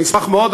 אני אשמח מאוד,